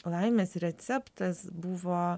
laimės receptas buvo